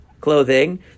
clothing